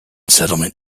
settlement